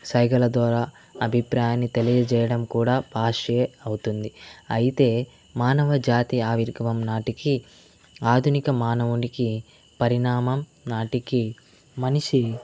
సైగల ద్వారా అభిప్రాయాన్ని తెలియజేయడం కూడా భాషే అవుతుంది అయితే మానవజాతి ఆవిర్గవం నాటికి ఆధునిక మానవునికి పరిణామం నాటికి మనిషి